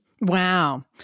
Wow